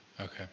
Okay